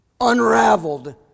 unraveled